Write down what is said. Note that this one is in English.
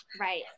right